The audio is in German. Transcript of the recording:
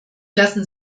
lassen